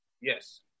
Yes